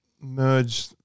merge